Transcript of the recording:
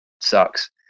sucks